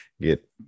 get